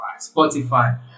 Spotify